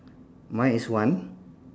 my is one